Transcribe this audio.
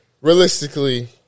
realistically